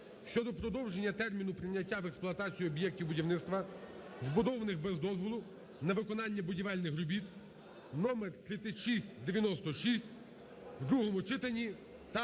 щодо продовження терміну прийняття в експлуатацію об'єктів будівництва, збудованих без дозволу на виконання будівельних робіт (номер 3696) в другому читанні